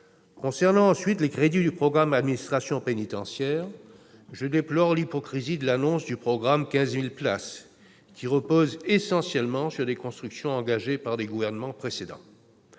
Concernant les crédits du programme « Administration pénitentiaire », je déplore l'hypocrisie de l'annonce du programme « 15 000 places », lequel repose essentiellement sur des constructions engagées par des gouvernements précédents.